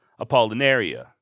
Apollinaria